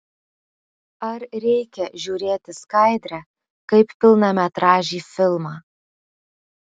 ar reikia žiūrėti skaidrę kaip pilnametražį filmą